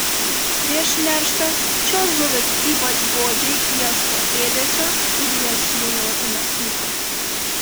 prieš nerštą šios žuvys ypač godžiai ieško ėdesio ir jas žvejoti nesunku